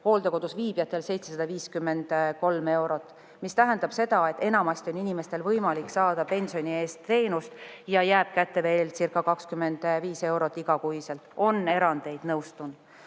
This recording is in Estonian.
hooldekodus viibijatel on 753 eurot, mis tähendab seda, et enamasti on inimestel võimalik saada pensioni eest teenust ja jääb kätte veelcirca25 eurot igakuiselt. On erandeid, nõustun.